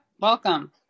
Welcome